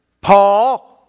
Paul